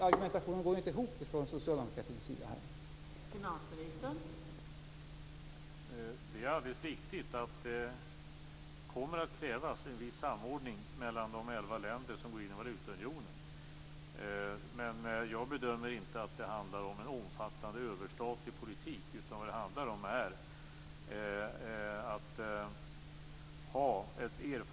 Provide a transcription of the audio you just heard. Argumentationen från socialdemokraterna går ju inte ihop.